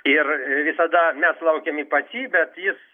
ir visada mes laukiami pas jį bet jis